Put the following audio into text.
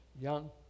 young